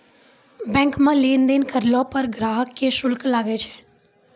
bank मे लेन देन करलो पर ग्राहक के शुल्क लागै छै